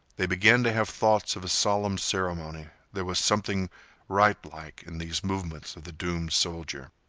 they began to have thoughts of a solemn ceremony. there was something rite-like in these movements of the doomed soldier.